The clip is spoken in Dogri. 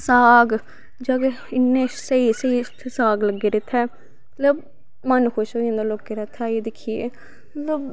साग जां कोई इन्नी स्हेई स्हेई साग लग्गे दे इत्थै मतलव मन खुश होई जंदा लोकें दा इत्थै आइयै दिक्खियै